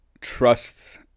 trust